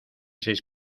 seis